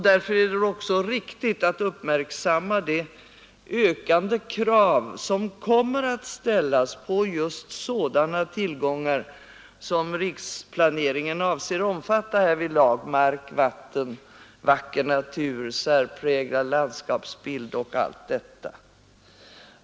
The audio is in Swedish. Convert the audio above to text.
Därför är det väl också riktigt att uppmärksamma de ökande krav som kommer att ställas på just sådana tillgångar som riksplaneringen avses omfatta — mark, vatten, vacker natur, särpräglad landskapsbild och allt detta.